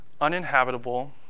uninhabitable